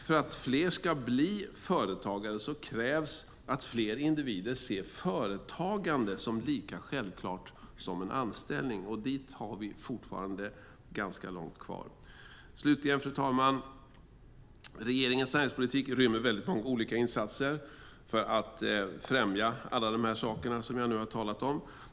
För att fler ska bli företagare krävs att fler individer ser företagande som lika självklart som en anställning; dit har vi fortfarande ganska långt kvar. Fru talman! Regeringens näringspolitik rymmer väldigt många olika insatser för att främja alla de saker som jag nu har talat om.